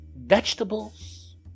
vegetables